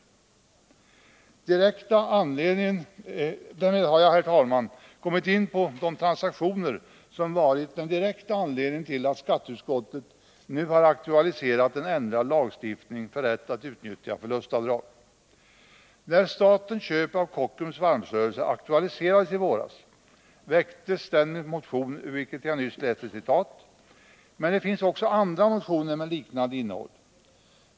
Därmed har jag, herr talman, kommit in på de transaktioner som varit den direkta anledningen till att skatteutskottet nu har aktualiserat en ändrad lagstiftning för rätt att utnyttja förlustavdrag. När statens köp av Kockums varvsrörelse aktualiserades i våras, väcktes den motion ur vilken jag nyss läste ett citat, men det fanns också andra motioner med liknande innehåll.